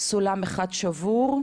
סולם אחד שבור,